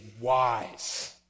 wise